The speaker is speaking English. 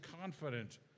confident